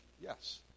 Yes